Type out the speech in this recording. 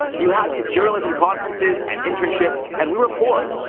you had these journalism conferences and internships, and we were poor.